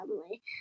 family